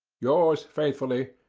yours faithfully,